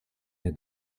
der